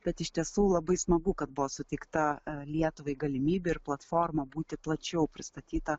bet iš tiesų labai smagu kad buvo suteikta lietuvai galimybė ir platforma būti plačiau pristatyta